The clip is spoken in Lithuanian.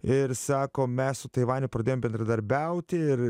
ir sako mes su taivane pradėjom bendradarbiauti ir